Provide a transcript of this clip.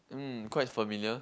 mm quite familiar